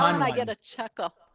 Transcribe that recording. one, i get a chuckle.